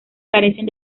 carecen